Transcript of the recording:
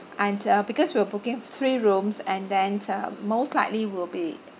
and uh because we're booking three rooms and then uh most likely will be